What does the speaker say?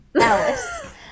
Alice